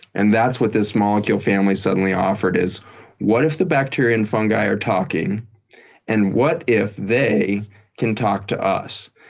and that's what this molecule family suddenly offered is what if the bacteria and fungi are talking and what if they can talk to us,